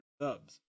subs